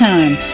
Time